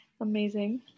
Amazing